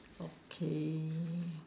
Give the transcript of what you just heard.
okay